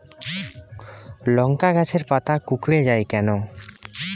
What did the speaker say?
লংকা গাছের পাতা কুকড়ে যায় কেনো?